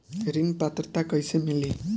ऋण पात्रता कइसे मिली?